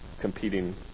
competing